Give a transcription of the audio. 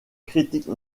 critique